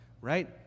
right